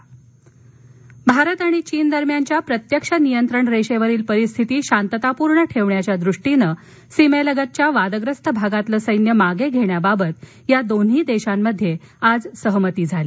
बैठक भारत आणि चीन दरम्यानच्या प्रत्यक्ष नियंत्रण रेषेवरील परिस्थिती शांततापूर्ण ठेवण्याच्या दृष्टीनं सीमेलगतच्या वादग्रस्त भागातील सैन्य मागे घेण्याबाबत या दोन्ही देशांमध्ये आज सहमती झाली